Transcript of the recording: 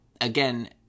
again